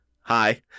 Hi